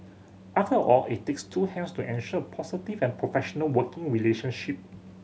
after all it takes two hands to ensure positive and professional working relationship